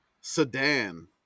Sedan